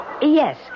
Yes